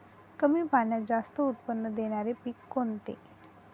कमी पाण्यात जास्त उत्त्पन्न देणारे पीक कोणते?